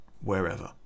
wherever